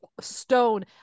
stone